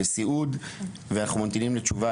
בסיעוד ואנחנו ממתינים לתשובה.